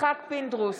יצחק פינדרוס,